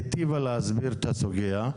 היטיבה להסביר את הסוגיה.